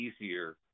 easier